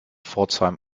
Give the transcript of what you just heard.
pforzheim